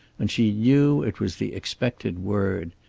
and she knew it was the expected word.